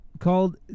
called